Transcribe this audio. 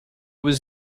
was